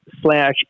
slash